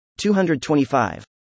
225